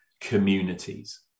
communities